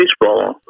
baseball